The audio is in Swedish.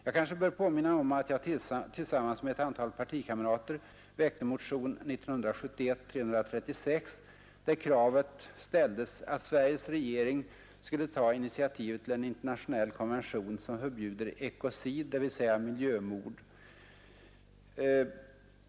Jag kanske bör påminna om att jag tillsammans med ett antal partikamrater väckte motionen 1971:336 där kravet ställdes att Sveriges regering skulle ta initiativ till en internationell konvention som förbjuder ekocid, dvs. miljömord.